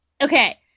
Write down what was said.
Okay